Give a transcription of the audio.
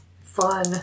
Fun